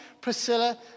Priscilla